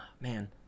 Man